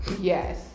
Yes